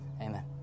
Amen